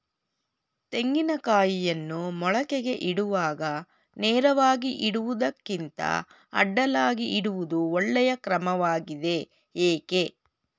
ತೆಂಗಿನ ಕಾಯಿಯನ್ನು ಮೊಳಕೆಗೆ ಇಡುವಾಗ ನೇರವಾಗಿ ಇಡುವುದಕ್ಕಿಂತ ಅಡ್ಡಲಾಗಿ ಇಡುವುದು ಒಳ್ಳೆಯ ಕ್ರಮವಾಗಿದೆ ಏಕೆ?